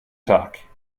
talk